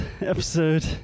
episode